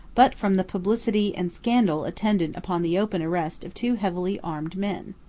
but from the publicity and scandal attendant upon the open arrest of two heavily armed men.